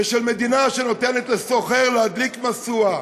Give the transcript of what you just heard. ושל מדינה שנותנת לסוחר להדליק משואה,